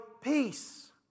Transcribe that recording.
peace